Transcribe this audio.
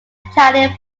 italian